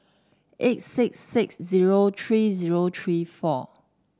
eight six six zero three zero three four